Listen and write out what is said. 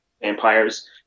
vampires